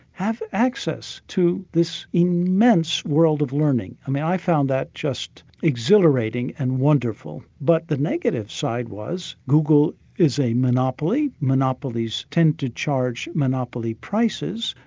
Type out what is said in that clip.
have access to this immense world of learning. um and i found that just exhilarating and wonderful. but the negative side was google is a monopoly monopolies tend to charge monopoly prices,